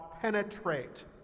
penetrate